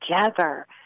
together